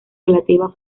relativa